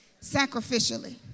sacrificially